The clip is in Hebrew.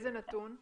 איזה נתון?